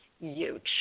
huge